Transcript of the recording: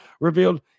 revealed